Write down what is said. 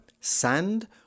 sand